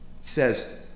says